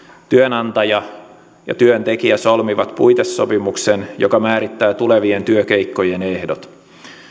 työnantaja ja työntekijä solmivat puitesopimuksen joka määrittää tulevien työkeikkojen ehdot